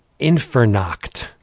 Infernoct